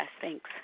Thanks